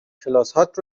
کلاسهات